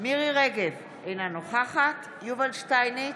מירי מרים רגב, אינה נוכחת יובל שטייניץ,